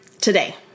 today